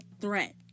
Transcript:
threat